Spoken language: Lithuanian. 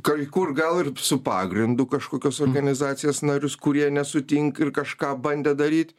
kai kur gal ir su pagrindu kažkokios organizacijos narius kurie nesutink ir kažką bandė daryt